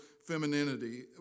femininity